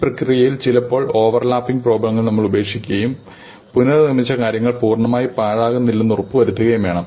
ഈ പ്രക്രിയയിൽ ചിലപ്പോൾ ഓവർലാപ്പിംഗ് പ്രോബ്ലങ്ങൾ നമ്മൾ ഉപേക്ഷിക്കുകയും പുനർനിർമ്മിച്ച കാര്യങ്ങൾ പൂർണ്ണമായി പാഴാക്കുന്നില്ലെന്ന് ഉറപ്പാക്കുകയും വേണം